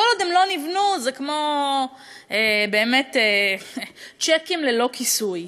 כל עוד הם לא נבנו, זה כמו צ'קים ללא כיסוי.